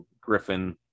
Griffin